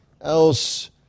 else